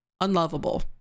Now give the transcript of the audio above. unlovable